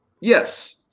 Yes